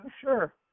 Sure